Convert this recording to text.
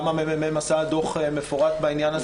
גם מרכז המחקר והמידע של הכנסת כתב דוח מפורט בעניין הזה.